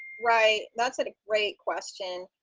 right. that's a great question.